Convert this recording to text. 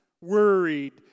worried